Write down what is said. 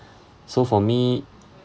so for me